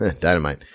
Dynamite